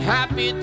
Happy